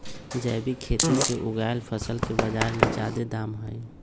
जैविक खेती से उगायल फसल के बाजार में जादे दाम हई